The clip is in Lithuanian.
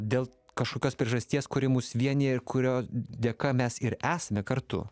dėl kažkokios priežasties kuri mus vienija ir kurio dėka mes ir esame kartu